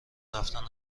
رفتن